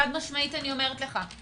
חד משמעית אני אומרת לך,